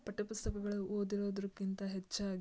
ಪಠ್ಯಪುಸ್ತಕಗಳು ಓದಿರೋದಕ್ಕಿಂತ ಹೆಚ್ಚಾಗಿ